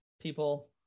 people